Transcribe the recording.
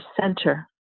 center